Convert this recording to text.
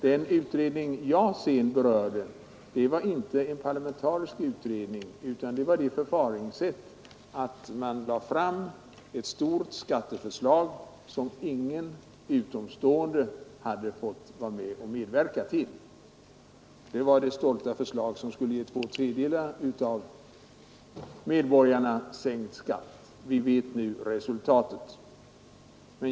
Den utredning som jag sedan berörde var inte en parlamentarisk utredning utan det förfaringssättet att socialdemokraterna lade fram ett stort skatteförslag, vid vars upprättande ingen utomstående hade fått medverka. Det var den stolta reform som skulle ge två tredjedelar av medborgarna sänkt skatt. Vi vet nu resultatet.